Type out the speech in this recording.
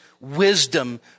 wisdom